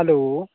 hello